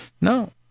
no